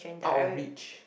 out of reach